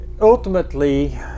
ultimately